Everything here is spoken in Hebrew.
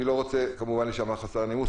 אני לא רוצה כמובן להישמע חסר נימוס,